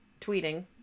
tweeting